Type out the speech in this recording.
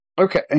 Okay